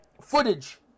footage